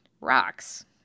rocks